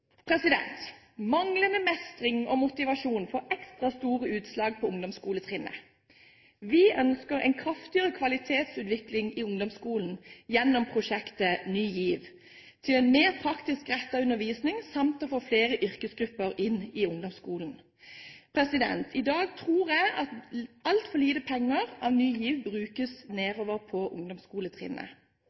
Manglende mestring og motivasjon får ekstra store utslag på ungdomsskoletrinnet. Vi ønsker en kraftigere kvalitetsutvikling i ungdomsskolen gjennom prosjektet Ny GIV. Dette skal bidra til en mer praktisk rettet undervisning samt få flere yrkesgrupper inn i ungdomsskolen. I dag tror jeg at altfor lite penger av Ny GIV-midlene brukes nedover på